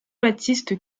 baptiste